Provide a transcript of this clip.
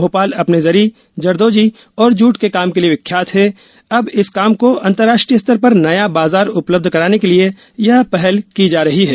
भोपाल अपने जरी जरदोजी और जूट के काम के लिए विख्यात है अब इस काम को अन्तर्राष्ट्रीय स्तर पर नया बाजार उपलब्ध कराने के लिए यह पहल की जा रही है